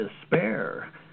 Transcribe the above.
despair